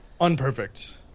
Unperfect